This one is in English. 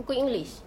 buku english